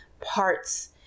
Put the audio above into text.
parts